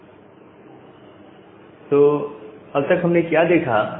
ok तो अब तक हमने क्या देखा